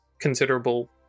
considerable